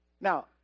Now